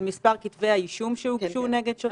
על מספר כתבי האישום שהוגשו נגד שוטרים.